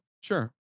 Sure